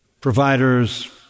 providers